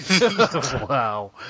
Wow